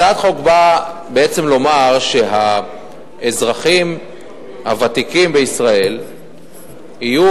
הצעת החוק באה לומר שהאזרחים הוותיקים בישראל יהיו